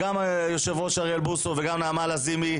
גם היושב-ראש אוריאל בוסו וגם נעמה לזימי,